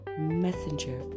messenger